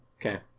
Okay